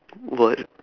what